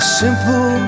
simple